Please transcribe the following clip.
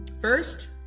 First